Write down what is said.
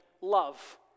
love